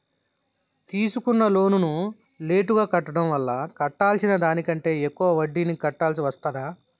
తీసుకున్న లోనును లేటుగా కట్టడం వల్ల కట్టాల్సిన దానికంటే ఎక్కువ వడ్డీని కట్టాల్సి వస్తదా?